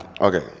Okay